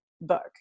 book